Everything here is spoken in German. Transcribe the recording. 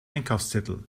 einkaufszettel